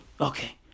Okay